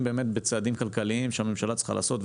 באמת בצעדים כלכליים שהממשלה צריכה לעשות,